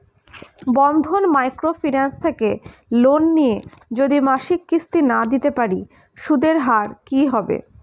বন্ধন micro finance থেকে loan নিয়ে যদি মাসিক কিস্তি না দিতে পারি সুদের হার কি হবে?